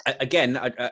Again